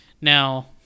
Now